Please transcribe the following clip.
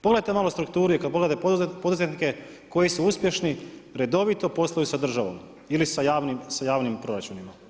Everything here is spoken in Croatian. Pogledajte malo strukturu i kad pogledate poduzetnike koji su uspješni redovito posluju sa državom ili sa javnim proračunima.